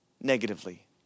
negatively